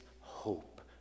hope